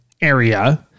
area